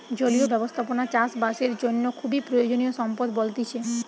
জলীয় ব্যবস্থাপনা চাষ বাসের জন্য খুবই প্রয়োজনীয় সম্পদ বলতিছে